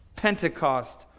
Pentecost